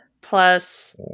plus